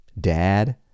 dad